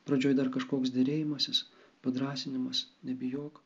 pradžioj dar kažkoks derėjimasis padrąsinimas nebijok